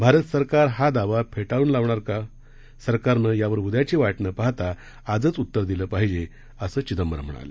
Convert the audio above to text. भारत सरकार हा दावा फेटाळन लावणार आहे का सरकारनं यावर उदयाची वाट न पाहता आजच उत्तर दिलं पाहिजे असं चिदंबरम म्हणाले